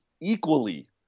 equally